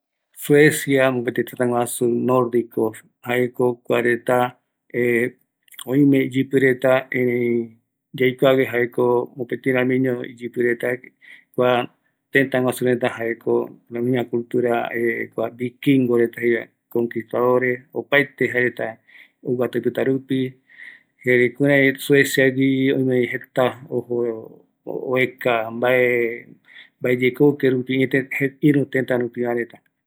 Suecia jaeko oïme iyɨpɨreta, jaeko viKIngo reta, kua tëtä jaeko iguataje reta, oeka iyeɨpe reta mbae yekou, jukurai kua reta pe oeya iyɨpɨ reta supe, omboe oeyareta jare ikavi vaera jëtä ombokuakua reta, tëtä iroɨ renda